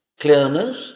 clearness